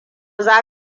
za